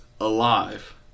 alive